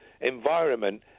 environment